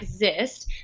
exist